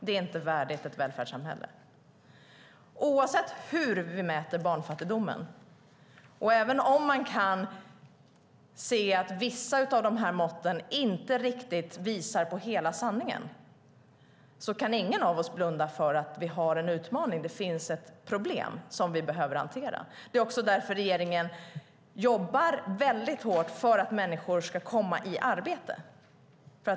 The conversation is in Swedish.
Det är inte värdigt ett välfärdssamhälle. Oavsett hur vi mäter barnfattigdomen - och även om man kan se att vissa av måtten inte riktigt visar på hela sanningen - kan ingen av oss blunda för att vi har en utmaning och att det finns ett problem som vi behöver hantera. Det är också därför regeringen jobbar väldigt hårt för att människor ska komma i arbete.